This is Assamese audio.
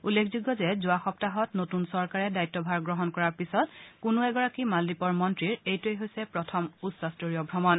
উল্লেখযোগ্য যে যোৱা সপ্তাহত নতুন চৰকাৰে দায়িত্বভাৰ গ্ৰহণ কৰাৰ পিছত কোনো এগৰাকী মালদ্বীপৰ মন্ত্ৰীৰ এইটোৱেই হৈছে প্ৰথম উচ্চস্তৰীয় ভ্ৰমণ